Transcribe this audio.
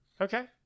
Okay